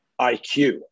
IQ